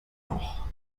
noch